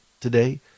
today